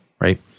Right